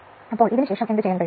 അപ്പോൾ ഇതിനുശേഷം എന്തു ചെയ്യും